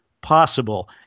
possible